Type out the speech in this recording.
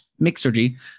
Mixergy